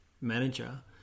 manager